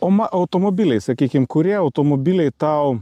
oma automobiliai sakykim kurie automobiliai tau